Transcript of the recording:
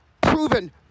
proven